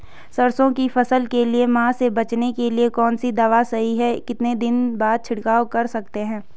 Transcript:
सरसों की फसल के लिए माह से बचने के लिए कौन सी दवा सही है कितने दिन बाद छिड़काव कर सकते हैं?